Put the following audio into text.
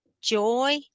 joy